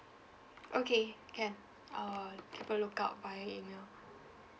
okay can I'll keep a lookout via email